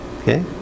okay